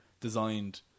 Designed